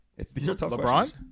LeBron